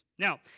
Now